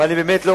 ואני לא רוצה